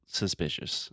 suspicious